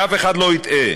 שאף אחד לא יטעה,